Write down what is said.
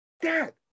Dad